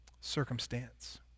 circumstance